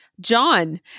John